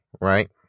right